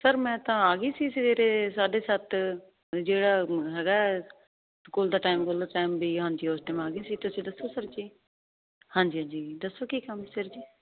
sir ਮੈਂ ਤਾਂ ਆ ਗਈ ਸੀ ਸਵੇਰੇ ਸਾਢੇ ਸੱਤ ਜਿਹੜਾ ਹੈਗਾ ਕੋਲ ਦਾ ਟਾਈਮ ਖੋਲੋ ਟਾਈਮ ਵੀ ਹਾਂਜੀ ਉਸ ਟਾਈਮ ਆ ਗਈ ਸੀ ਤੁਸੀਂ ਦੱਸੋ ਸਰ ਜੀ ਹਾਂਜੀ ਹਾਂਜੀ ਦੱਸੋ ਕੀ ਕੰਮ ਸਰ ਜੀ